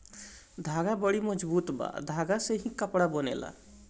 धागा बड़ी मजबूत बा धागा से ही कपड़ा बनेला